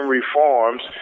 reforms